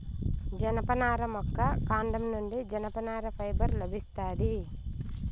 జనపనార మొక్క కాండం నుండి జనపనార ఫైబర్ లభిస్తాది